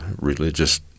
religious